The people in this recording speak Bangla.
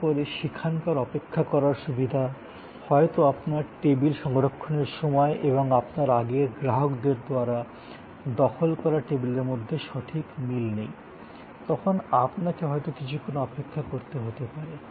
তারপরে সেখানকার অপেক্ষা করার সুবিধা হয়তো আপনার টেবিল সংরক্ষণের সময় এবং আপনার আগের গ্রাহকদের দ্বারা দখল করা টেবিলের মধ্যে কিছু গরমিল আছে তখন আপনাকে হয়তো কিছুক্ষণ অপেক্ষা করতে হতে পারে